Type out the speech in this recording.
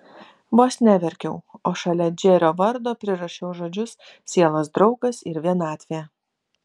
vos neverkiau o šalia džerio vardo prirašiau žodžius sielos draugas ir vienatvė